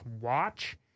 watch